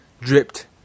dripped